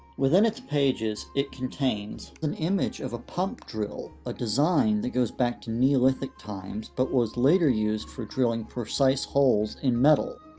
within its pages, it contains an image of a pump drill, a design that goes back to neolithic times, but was later used for drilling precise holes in metal.